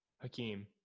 Hakeem